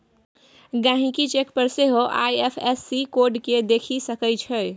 गहिंकी चेक पर सेहो आइ.एफ.एस.सी कोड केँ देखि सकै छै